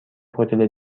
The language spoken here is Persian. هتل